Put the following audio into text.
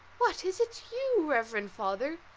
what, is it you, reverend father?